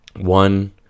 one